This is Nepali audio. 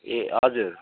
ए हजुर